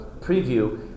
preview